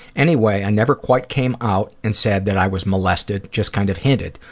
anyway, i never quite came out and said that i was molested just kind of hinted.